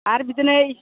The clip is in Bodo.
आरो बिदिनो